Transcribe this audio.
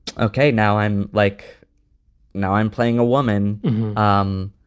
ok. now i'm like now i'm playing a woman i'm